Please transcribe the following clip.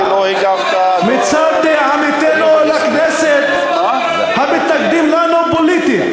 מצד עמיתינו לכנסת המתנגדים לנו פוליטית,